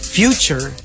future